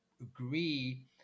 agree